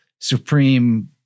supreme